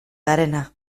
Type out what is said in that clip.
garena